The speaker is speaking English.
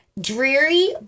dreary